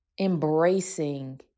embracing